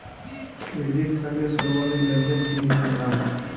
Credit কার্ডের সর্বাধিক লেনদেন কিভাবে বাড়াবো?